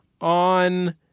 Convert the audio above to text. on